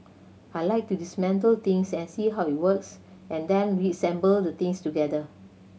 I like to dismantle things and see how it works and then reassemble the things together